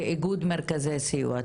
כאיגוד מרכזי סיוע,